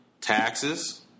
taxes